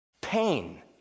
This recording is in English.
Pain